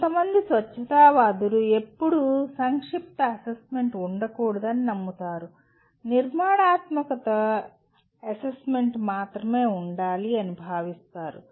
కొంతమంది స్వచ్ఛతావాదులు ఎప్పుడూ సంక్షిప్త అసెస్మెంట్ ఉండకూడదని నమ్ముతారు నిర్మాణాత్మక అసెస్మెంట్ మాత్రమే ఉండాలి అని భావిస్తారు